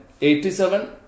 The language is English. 87